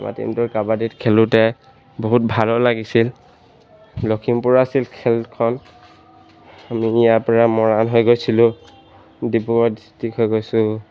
আমাৰ টিমটোৰ কাবাডীত খেলোঁতে বহুত ভালো লাগিছিল লখিমপুৰৰ আছিল খেলখন আমি ইয়াৰ পৰা মৰাণ হৈ গৈছিলোঁ ডিব্ৰুগড় ডিষ্ট্ৰিক হৈ গৈছোঁ